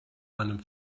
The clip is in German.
meinem